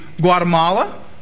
Guatemala